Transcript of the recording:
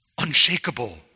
Unshakable